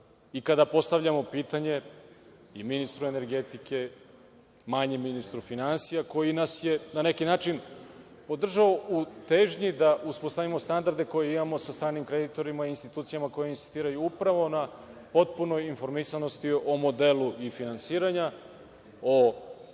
i kada postavljamo pitanje i ministru energetike, manje ministru finansija, koji nas je, na neki način, podržao u težnji da uspostavimo standarde koje imamo sa stranim kreditorima i institucijama koje insistiraju, upravo, na potpunoj informisanosti o modelu finansiranja, o